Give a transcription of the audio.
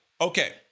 Okay